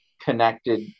connected